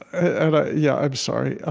and i yeah. i'm sorry.